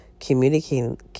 communicating